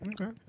Okay